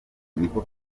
niko